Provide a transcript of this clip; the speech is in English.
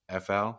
FL